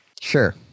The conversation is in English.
Sure